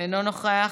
אינו נוכח,